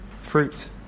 fruit